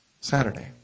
Saturday